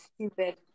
Stupid